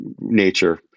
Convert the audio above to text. nature